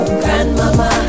grandmama